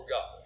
God